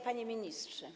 Panie Ministrze!